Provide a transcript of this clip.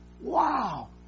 Wow